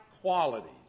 qualities